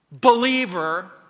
believer